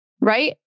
right